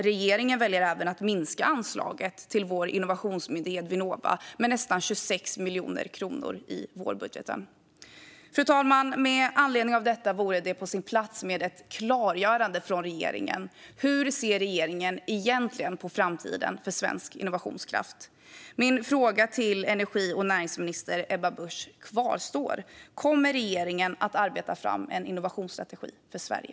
Regeringen väljer även att minska anslaget till vår innovationsmyndighet Vinnova med nästan 26 miljoner kronor i vårbudgeten. Fru talman! Med anledning av detta vore det på sin plats med ett klargörande från regeringen. Hur ser regeringen egentligen på framtiden för svensk innovationskraft? Min fråga till energi och näringsminister Ebba Busch kvarstår: Kommer regeringen att arbeta fram en innovationsstrategi för Sverige?